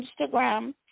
Instagram